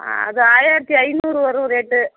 அது ஆயிரத்தி ஐந்நூறு வரும் ரேட்டு